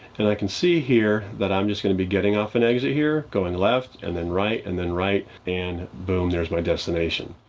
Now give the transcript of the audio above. and i can see here that i'm just gonna be getting off an exit here, going left and then right, and then right. and boom, there's my destination.